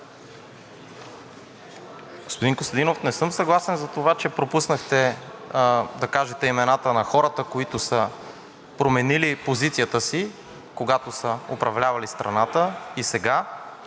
Господин Костадинов, не съм съгласен за това, че пропуснахте да кажете имената на хората, променили позицията си, когато са управлявали страната, и сега.